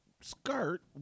skirt